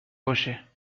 باشه